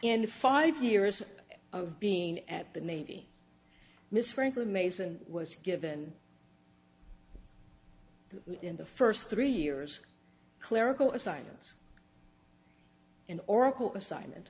in five years of being at the navy miss franklin mason was given in the first three years clerical assignments in oracle assignment